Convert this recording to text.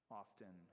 often